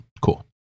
cool